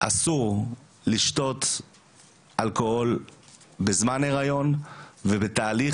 אסור לשתות אלכוהול בזמן ההיריון ובתהליך